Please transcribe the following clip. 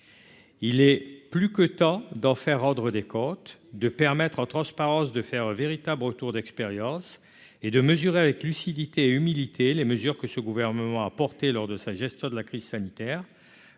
il est plus que temps d'en faire rendre des côtes de permettre, en transparence de faire véritables retour d'expérience et de mesurer avec lucidité et humilité, les mesures que ce gouvernement a porté lors de sa gestion de la crise sanitaire